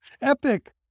epic